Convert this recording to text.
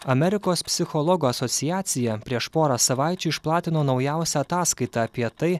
amerikos psichologų asociacija prieš porą savaičių išplatino naujausią ataskaitą apie tai